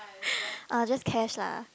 uh just cash lah